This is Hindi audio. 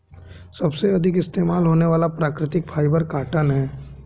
सबसे अधिक इस्तेमाल होने वाला प्राकृतिक फ़ाइबर कॉटन है